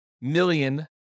million